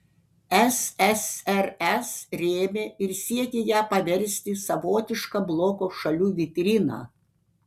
ssrs rėmė ir siekė ją paversti savotiška bloko šalių vitrina